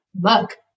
look